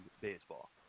baseball